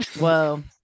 Whoa